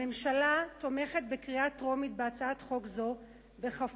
הממשלה תומכת בהצעת חוק זו בקריאה טרומית,